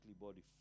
body